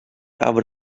aber